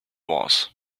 was